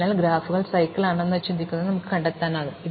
അതിനാൽ ഗ്രാഫുകൾ സൈക്കിൾ ആണോ എന്ന് ചിന്തിക്കുന്നത് നമുക്ക് കണ്ടെത്താനാകും